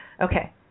Okay